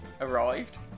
arrived